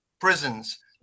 prisons